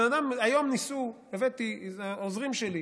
היום ניסו, ביקשתי שעוזרים שלי